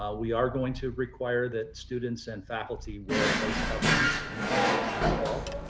ah we are going to require that students and faculty wear face coverings in classes in the fall.